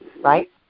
right